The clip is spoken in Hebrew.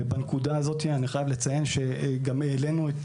ובנקודה הזאת אני חייב לציין שהעלינו את